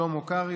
שלמה קרעי,